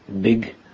big